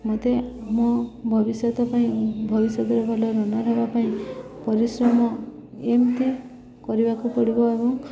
ମୋତେ ମୋ ଭବିଷ୍ୟତ ପାଇଁ ଭବିଷ୍ୟତରେ ଭଲ ରନର୍ ହେବା ପାଇଁ ପରିଶ୍ରମ ଏମିତି କରିବାକୁ ପଡ଼ିବ ଏବଂ